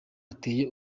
ateye